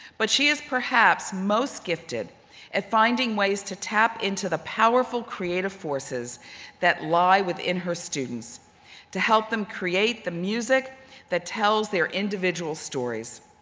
but she is perhaps most gifted at finding ways to tap into the powerful creative forces that lie within her students to help them create the music that tells their individual stories.